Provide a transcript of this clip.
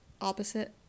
opposite